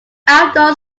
outdoor